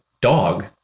dog